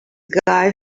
guy